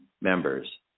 members